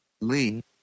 Lee